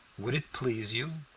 would it please you?